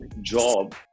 job